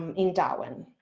um in darwin.